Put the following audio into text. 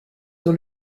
sur